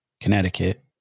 Connecticut